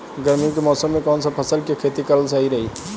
गर्मी के मौषम मे कौन सा फसल के खेती करल सही रही?